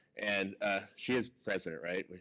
and ah she is president, right?